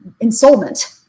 insolvent